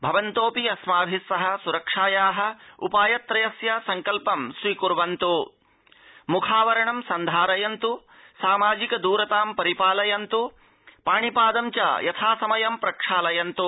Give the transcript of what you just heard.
भवन्तोऽपि अस्माभि सह सुरक्षाया उपाय त्रयस्य सङ्कल्पं स्वीकुर्वन्तु मुखावरक सन्धारयन्तु सामाजिक दुरतां परिपालयन्तु पाणिपादं च यथासमयं प्रक्षालयन्तु